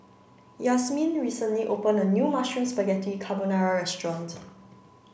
Yazmin recently opened a new Mushroom Spaghetti Carbonara restaurant